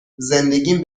زندگیم